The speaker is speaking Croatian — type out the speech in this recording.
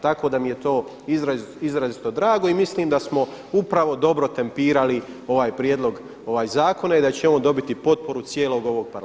Tako da mi je to izrazito drago i mislim da smo upravo dobro tempirali ovaj prijedlog zakona i da će on dobiti potporu cijelog ovog Parlamenta.